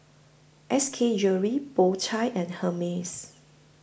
S K Jewellery Po Chai and Hermes